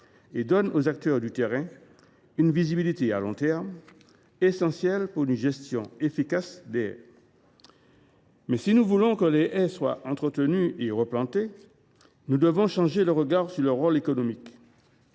Il donne aux acteurs du terrain une visibilité à long terme, essentielle à une gestion efficace des haies. En outre, si nous voulons que les haies soient entretenues et replantées, nous devons changer de regard sur leur rôle économique.